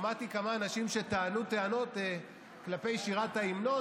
שמעתי כמה אנשים שטענו טענות כלפי שירת ההמנון,